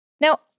Now